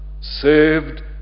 saved